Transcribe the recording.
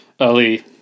early